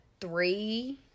Three